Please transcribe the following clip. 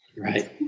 Right